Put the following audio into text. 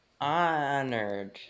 honored